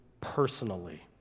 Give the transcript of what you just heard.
personally